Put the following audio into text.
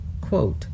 quote